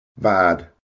Bad